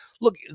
Look